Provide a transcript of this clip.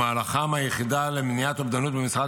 שבמהלכו היחידה למניעת אובדנות במשרד